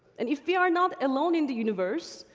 and if we are not alone in the universe,